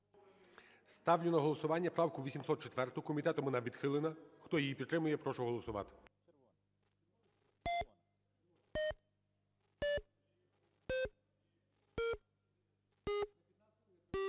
ставлю на голосування поправку 817. Комітет її відхилив, хто її підтримує прошу голосувати.